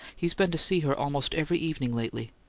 he's been to see her almost every evening lately.